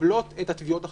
שמקבלות את התביעות החדש.